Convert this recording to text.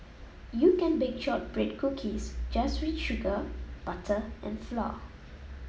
you can bake shortbread cookies just with sugar butter and flour